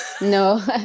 no